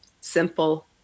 simple